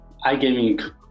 iGaming